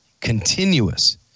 continuous